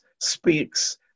speaks